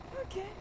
okay